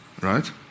right